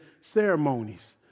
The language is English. ceremonies